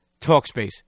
Talkspace